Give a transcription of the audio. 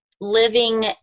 living